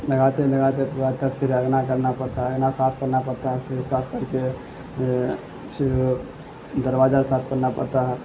لگاتے لگاتے پورا تب پھر آنگن کرنا پڑتا ہے آنگن صاف کرنا پڑتا ہے اچھے صاف کر کے پھر دروازہ صاف کرنا پڑتا ہے